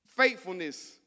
faithfulness